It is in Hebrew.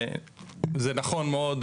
זה נכון מאוד,